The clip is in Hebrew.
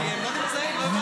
--- לא נמצאים --- לא, לא בסדר.